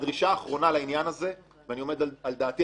הדרישה האחרונה לעניין הזה ואני עומד על דעתי,